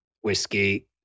whiskey